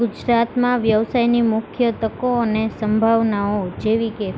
ગુજરાતમાં વ્યવસાયની મુખ્ય તકો અને સંભાવનાઓ જેવી કે